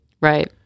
Right